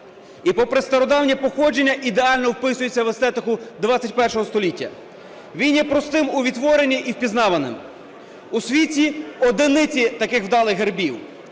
і, попри стародавнє походження, ідеально вписується в естетику ХХІ століття. Він є простим у відтворенні і впізнаваним. У світі одиниці таких вдалих гербів.